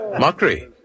mockery